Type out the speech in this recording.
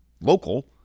local